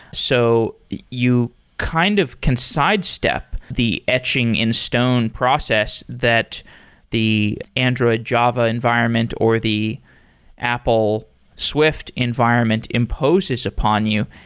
so you kind of can sidestep the etching in stone process that the android java environment or the apple swift environment imposes upon you.